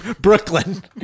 Brooklyn